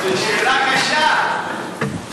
הקשיב.